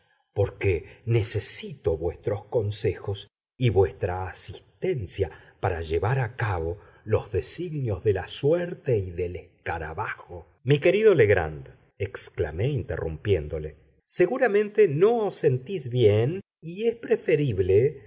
porque necesito vuestros consejos y vuestra asistencia para llevar a cabo los designios de la suerte y del escarabajo mi querido legrand exclamé interrumpiéndole seguramente no os sentís bien y es preferible